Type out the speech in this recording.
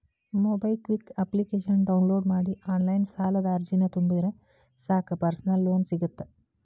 MobiKwik ಅಪ್ಲಿಕೇಶನ download ಮಾಡಿ online ಸಾಲದ ಅರ್ಜಿನ ತುಂಬಿದ್ರ ಸಾಕ್ ಪರ್ಸನಲ್ ಲೋನ್ ಸಿಗತ್ತ